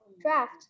draft